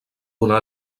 donar